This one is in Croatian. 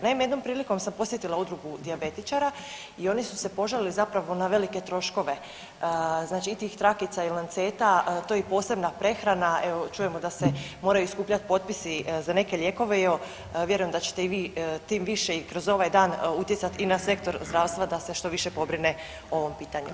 Naime, jednom prilikom sam posjetila Udrugu dijabetičara i oni su se požalili zapravo na velike troškove znači i tih trakica i lanceta, to je i posebna prehrana, evo, čujemo da se moraju i skupljati potpisi za neke lijekove i evo, vjerujem da ćete i vi tim više i kroz ovaj dan utjecati i na sektor zdravstva da se što više pobrine o ovom pitanju.